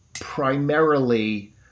primarily